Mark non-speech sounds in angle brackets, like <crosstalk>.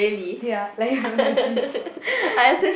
ya like that's it <laughs>